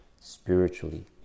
spiritually